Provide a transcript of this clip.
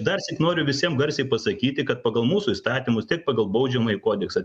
darsyk noriu visiem garsiai pasakyti kad pagal mūsų įstatymus tiek pagal baudžiamąjį kodeksą